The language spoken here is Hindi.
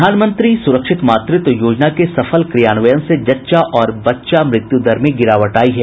प्रधानमंत्री स्रक्षित मातृत्व योजना के सफल क्रियान्वयन से जच्चा और बच्चा मृत्यु दर में गिरावट आयी है